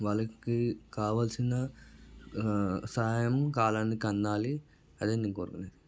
వాళ్ళకి కావాలసిన సహాయం కాలానికి అందాలి అదే నేను కోరుకునేది